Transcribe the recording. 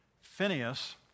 Phineas